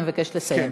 אני מבקשת לסיים.